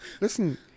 Listen